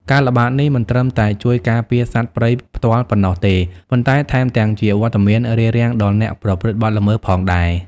ការល្បាតនេះមិនត្រឹមតែជួយការពារសត្វព្រៃផ្ទាល់ប៉ុណ្ណោះទេ ប៉ុន្តែថែមទាំងជាវត្តមានរារាំងដល់អ្នកប្រព្រឹត្តបទល្មើសផងដែរ។